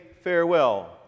farewell